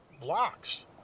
blocks